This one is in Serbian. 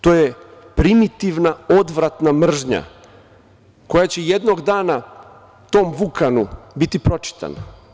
To je primitivna, odvratna mržnja koja će jednog dana tom Vukanu biti pročitana.